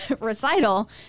recital